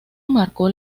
marcó